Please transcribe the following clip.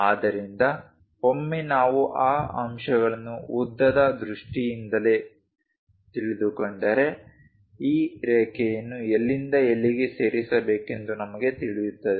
ಆದ್ದರಿಂದ ಒಮ್ಮೆ ನಾವು ಈ ಅಂಶಗಳನ್ನು ಉದ್ದದ ದೃಷ್ಟಿಯಿಂದ ತಿಳಿದುಕೊಂಡರೆ ಈ ರೇಖೆಯನ್ನು ಎಲ್ಲಿಂದ ಎಲ್ಲಿಗೆ ಸೇರಬೇಕೆಂದು ನಮಗೆ ತಿಳಿಯುತ್ತದೆ